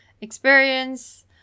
experience